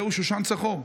זהו שושן צחור.